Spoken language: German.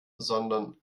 sondern